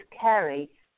carry